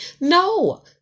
No